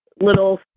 little